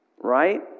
Right